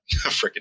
freaking